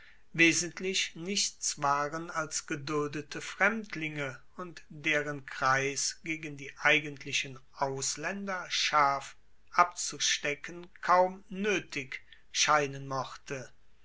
wesentlich nichts waren als geduldete fremdlinge und deren kreis gegen die eigentlichen auslaender scharf abzustecken kaum noetig scheinen mochte